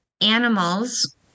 animals